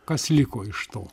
kas liko iš to